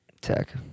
tech